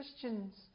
Christians